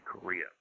Korea